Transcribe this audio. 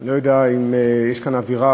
אני לא יודע אם יש כאן אווירה